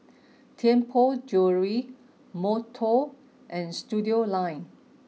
Tianpo Jewellery Monto and Studioline